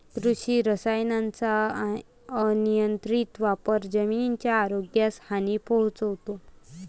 कृषी रसायनांचा अनियंत्रित वापर जमिनीच्या आरोग्यास हानी पोहोचवतो